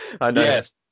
Yes